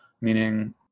meaning